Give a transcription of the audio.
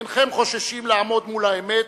אינכם חוששים לעמוד מול האמת,